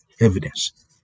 evidence